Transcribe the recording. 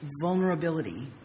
vulnerability